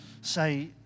say